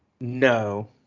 No